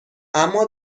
اما